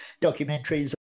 documentaries